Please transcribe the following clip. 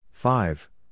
Five